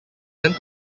tend